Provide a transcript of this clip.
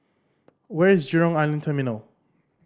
where is Jurong Island Terminal